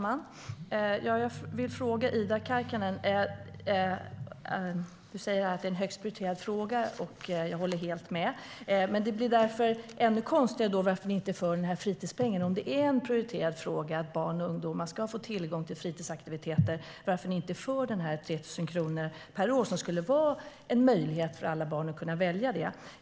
Herr talman! Ida Karkiainen säger att barns rätt till kultur är en högt prioriterad fråga. Jag håller helt med. Därför blir det ännu konstigare att ni inte är för fritidspengen, Ida Karkiainen. Om det är en prioriterad fråga att barn och ungdomar ska få tillgång till fritidsaktiviteter undrar jag varför ni inte är för de 3 000 kronor per år som skulle ge alla barn möjlighet till det.